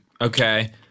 Okay